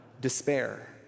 despair